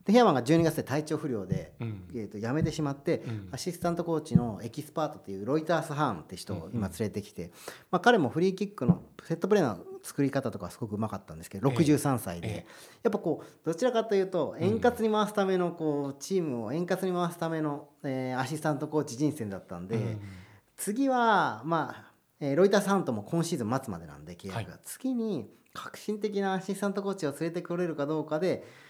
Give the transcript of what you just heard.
で、ヘアマンが12月で体調不良で、うん。えーと、辞めてしまって、うん。アシスタントコーチのエキスパートっていうロイタースハーンって人を今うんうん。連れてきて、まあ、彼もフリーキックのセットプレーの作り方とかすごく上手かったんですけど、ええ。63歳で。ええ。やっぱこう、どちらかというと、円滑に回すためのこう、チームを円滑に回すための、えー、アシスタントコーチ人選だったんで、うんうん。次は、まあ、えー、ロイタースハーンとも今シーズン末までなんで、契約が。はい。次に革新的なアシスタントコーチを連れてこれるかどうかで、